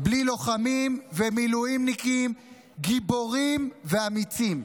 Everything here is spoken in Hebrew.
בלי לוחמים ומילואימניקים גיבורים ואמיצים.